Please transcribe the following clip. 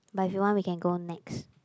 but if you want we can go next